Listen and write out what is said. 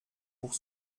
pour